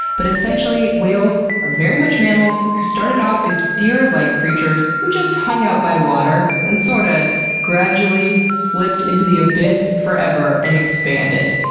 but essentially, whales are very much mammals who started off as deer-like creatures who just hung out by water, and sort of ah gradually slipped into the abyss forever, and expanded.